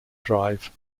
drive